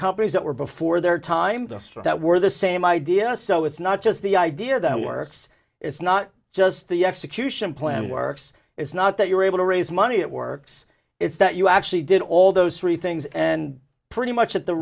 companies that were before their time that were the same idea so it's not just the idea that works it's not just the execution plan works it's not that you were able to raise money it works it's that you actually did all those three things and pretty much at the